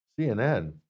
cnn